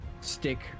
stick